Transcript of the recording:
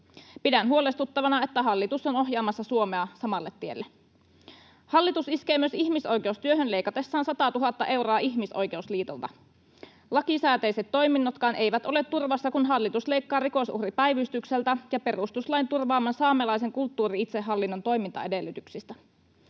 Pidän huolestuttavana, että hallitus on ohjaamassa Suomea samalle tielle. Hallitus iskee myös ihmisoikeustyöhön leikatessaan 100 000 euroa Ihmisoikeusliitolta. Lakisääteiset toiminnotkaan eivät ole turvassa, kun hallitus leikkaa Rikosuhripäivystykseltä ja perustuslain turvaaman saamelaisen kulttuuri-itsehallinnon toimintaedellytyksistä.